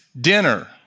dinner